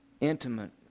intimate